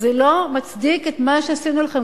זה לא מצדיק את מה שעשינו לכם,